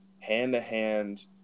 hand-to-hand